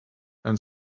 and